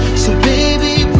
baby